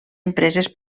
empreses